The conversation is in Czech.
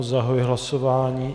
Zahajuji hlasování.